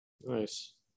Nice